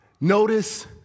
Notice